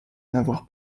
n’avoir